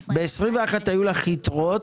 אולי ההבנה שלך לקויה.